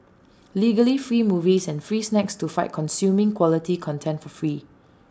legally free movies and free snacks to fight consuming quality content for free